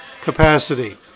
capacity